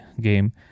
game